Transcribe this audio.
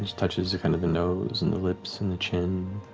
touches kind of the nose and the lips and the chin.